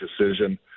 decision